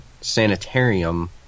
sanitarium